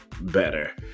better